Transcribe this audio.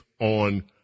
on